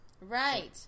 Right